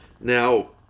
Now